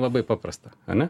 labai paprasta ane